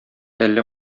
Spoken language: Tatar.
әллә